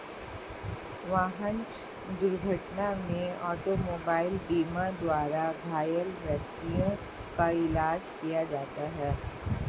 वाहन दुर्घटना में ऑटोमोबाइल बीमा द्वारा घायल व्यक्तियों का इलाज किया जाता है